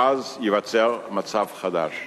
ואז ייווצר מצב חדש,